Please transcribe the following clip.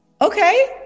okay